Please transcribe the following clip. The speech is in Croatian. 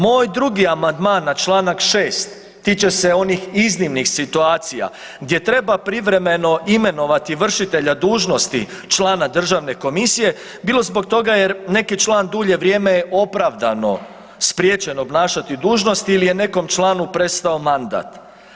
Moj drugi amandman na čl. 6. tiče se onih iznimnih situacija gdje treba privremeno imenovati vršitelja dužnosti člana državne komisije bilo zbog toga jer neki član dulje vrijeme je opravdano spriječen obnašati dužnost ili je nekom članu prestao mandat.